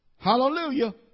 Hallelujah